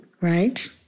right